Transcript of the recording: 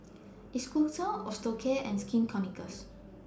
Isocal Osteocare and Skin Ceuticals